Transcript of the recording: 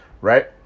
right